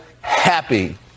happy